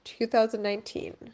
2019